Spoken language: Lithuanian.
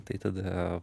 tai tada